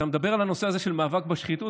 אתה מדבר על הנושא הזה של מאבק בשחיתות,